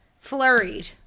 flurried